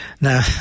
Now